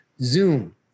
Zoom